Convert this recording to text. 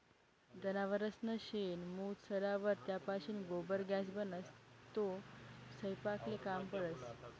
जनावरसनं शेण, मूत सडावर त्यापाशीन गोबर गॅस बनस, तो सयपाकले काम पडस